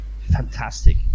fantastic